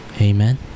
Amen